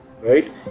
right